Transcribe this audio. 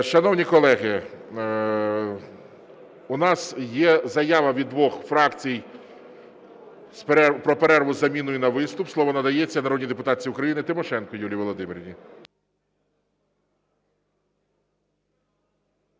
Шановні колеги, у нас є заява від двох фракцій про перерву із заміною на виступ. Слово надається народній депутатці України Тимошенко Юлії Володимирівні.